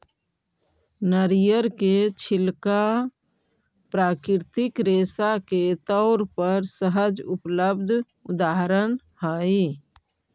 नरियर के छिलका प्राकृतिक रेशा के तौर पर सहज उपलब्ध उदाहरण हई